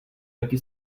taky